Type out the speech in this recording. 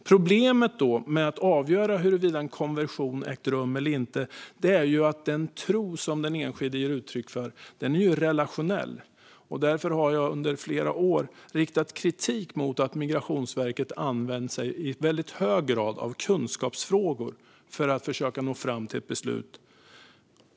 Problemet med att avgöra huruvida en konversion har ägt rum eller inte är att den tro som den enskilde ger uttryck för är relationell, och därför har jag under flera år riktat kritik mot att Migrationsverket i väldigt hög grad använt sig av kunskapsfrågor för att försöka nå fram till ett beslut.